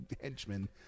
henchmen